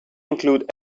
include